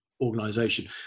organization